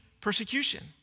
persecution